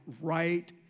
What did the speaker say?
right